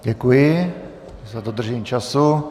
Děkuji za dodržení času.